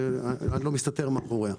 ואני לא מסתתר מאחוריה.